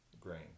grain